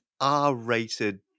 R-rated